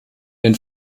den